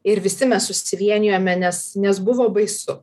ir visi mes susivienijome nes nes buvo baisu